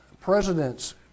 Presidents